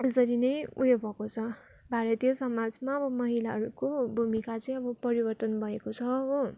यसरी नै ऊ यो भएको छ भारतीय समाजमा अब महिलाहरूको भूमिका चाहिँ अब परिवर्तन भएको छ हो